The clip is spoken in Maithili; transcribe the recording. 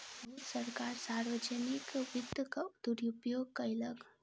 बहुत सरकार सार्वजनिक वित्तक दुरूपयोग कयलक